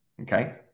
Okay